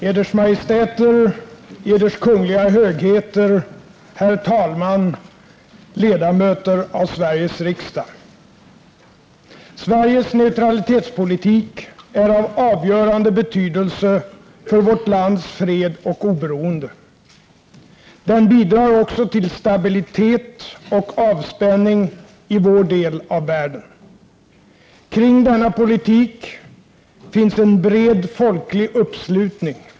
Eders Majestäter, Eders Kungliga Högheter, herr talman, ledamöter av Sveriges riksdag! Sveriges neutralitetspolitik är av avgörande betydelse för vårt lands fred och oberoende. Den bidrar också till stabilitet och avspänning i vår del av världen. Kring denna politik finns en bred folklig uppslutning.